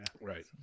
Right